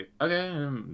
okay